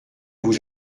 vous